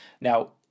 Now